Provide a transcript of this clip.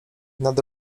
nad